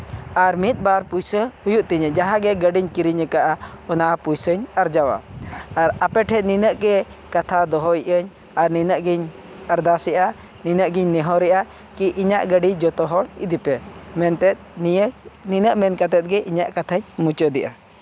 ᱟᱨ ᱢᱤᱫ ᱵᱟᱨ ᱯᱚᱭᱥᱟ ᱦᱩᱭᱩᱜ ᱛᱤᱧᱟᱹ ᱡᱟᱦᱟᱸ ᱜᱮ ᱜᱟᱹᱰᱤᱧ ᱠᱤᱨᱤᱧ ᱟᱠᱟᱫᱼᱟ ᱚᱱᱟ ᱯᱚᱭᱥᱟᱧ ᱟᱨᱡᱟᱣᱟ ᱟᱨ ᱟᱯᱮ ᱴᱷᱮᱡ ᱱᱤᱱᱟᱹᱜ ᱜᱮ ᱠᱟᱛᱷᱟ ᱫᱚᱦᱚᱭᱮᱜ ᱟᱹᱧ ᱟᱨ ᱱᱤᱱᱟᱹᱜ ᱜᱮᱧ ᱟᱨᱫᱟᱥᱮᱜᱼᱟ ᱱᱤᱱᱟᱹᱜ ᱜᱮᱧ ᱱᱮᱦᱚᱨᱮᱜᱼᱟ ᱠᱤ ᱤᱧᱟᱹᱜ ᱜᱟᱹᱰᱤ ᱡᱚᱛᱚ ᱦᱚᱲ ᱤᱫᱤ ᱯᱮ ᱢᱮᱱᱛᱮᱫ ᱱᱤᱭᱟᱹ ᱱᱤᱱᱟᱹᱜ ᱢᱮᱱ ᱠᱟᱛᱮᱫ ᱜᱮ ᱤᱧᱟᱹᱜ ᱠᱟᱛᱷᱟᱧ ᱢᱩᱪᱟᱹᱫᱮᱜᱼᱟ